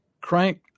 crank